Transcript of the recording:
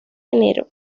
enero